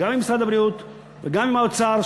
גם עם משרד הבריאות וגם עם האוצר,